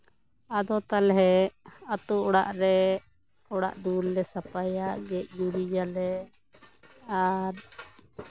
ᱟᱫᱚ ᱛᱟᱦᱚᱞᱮ ᱟᱛᱳ ᱚᱲᱟᱜ ᱨᱮ ᱚᱲᱟᱜ ᱫᱩᱣᱟᱹᱨ ᱞᱮ ᱥᱟᱯᱷᱟᱭᱟ ᱜᱮᱡ ᱜᱩᱨᱤᱡᱽ ᱟᱞᱮ ᱟᱨ